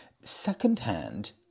second-hand